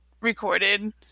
recorded